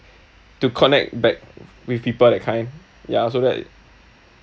to connect back with people that kind ya so that